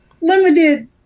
limited